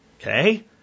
Okay